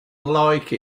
like